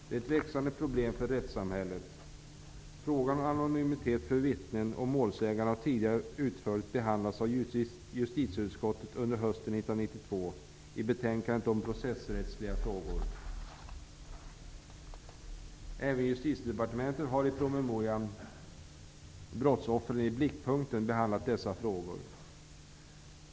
Det är ett växande problem för rättssamhället. Frågan om anonymitet för vittnen och målsägande har utförligt behandlats av justitieutskottet under hösten 1992, i betänkandet om processrättsliga frågor. Även Justitiedepartementet har i promemorian Brottsoffer i blickpunkten behandlat dessa frågor.